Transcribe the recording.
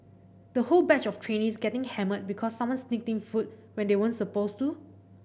the whole batch of trainees getting hammered because someone sneaked food when they weren't supposed to